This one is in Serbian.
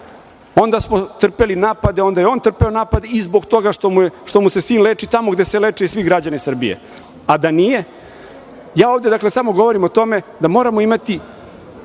Onda smo trpeli napade, onda je on trpeo napade i zbog toga što mu se sin leči tamo gde se leče i svi građani Srbije. Ja ovde govorim samo o tome da moramo imati